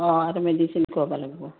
অঁ আৰু মেডিচিন খুৱাব লাগব